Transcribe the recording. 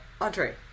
Audrey